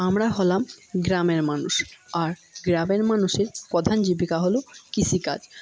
আমরা হলাম গ্রামের মানুষ আর গ্রামের মানুষের প্রধান জীবিকা হল কৃষিকাজ